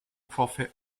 profit